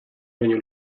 baino